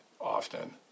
often